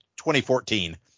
2014